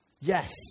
Yes